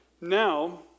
Now